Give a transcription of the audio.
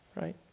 right